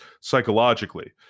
psychologically